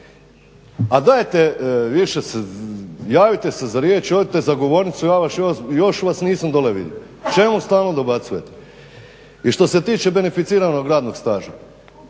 A dajte više, javite se za riječ i odite za govornicu, još vas nisam dole vidio, čemu stalno dobacujete. I što se tiče beneficiranog radnog staža,